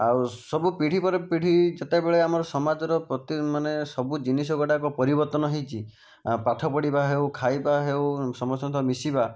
ଆଉ ସବୁ ପିଢ଼ୀ ପରେ ପିଢ଼ୀ ଯେତେବେଳେ ଆମର ସମାଜର ମାନେ ସବୁ ଜିନିଷ ଗୁଡ଼ାକ ପରିବର୍ତ୍ତନ ହେଇଛି ପାଠ ପଢ଼ିବା ହେଉ ଖାଇବା ହେଉ ସମସ୍ତଙ୍କ ସହିତ ମିଶିବା